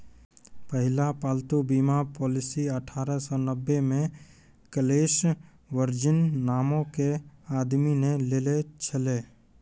पहिला पालतू बीमा पॉलिसी अठारह सौ नब्बे मे कलेस वर्जिन नामो के आदमी ने लेने छलै